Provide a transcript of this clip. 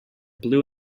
blue